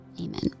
Amen